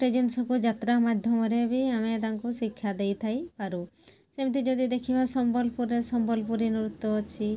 ଗୋଟିଏ ଜିନିଷକୁ ଯାତ୍ରା ମାଧ୍ୟମରେ ବି ଆମେ ତାଙ୍କୁ ଶିକ୍ଷା ଦେଇଥାଇପାରୁ ସେମିତି ଯଦି ଦେଖିବା ସମ୍ବଲପୁରରେ ସମ୍ବଲପୁରୀ ନୃତ୍ୟ ଅଛି